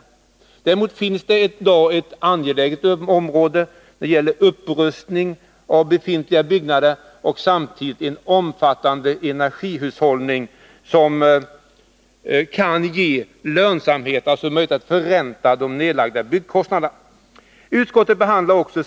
Däremot finns det i dag ett angeläget område — det gäller upprustning av befintliga byggnader och samtidigt en omfattande energihushållning, som kan ge möjligheter till förräntning av nedlagda byggkostnader.